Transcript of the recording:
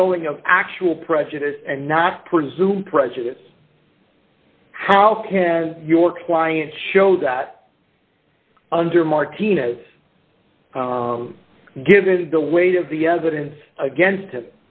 showing of actual prejudice and not presumed prejudice how can your client show that under martinez given the weight of the evidence against